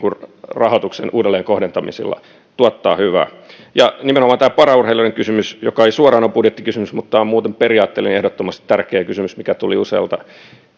rahoituksen uudelleenkohdentamisilla tuottaa hyvää ja nimenomaan tämä paraurheilijoiden kysymys joka ei suoraan ole budjettikysymys mutta on muuten periaatteellinen ja ehdottomasti tärkeä kysymys joka tuli usealta